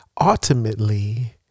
Ultimately